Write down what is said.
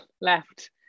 left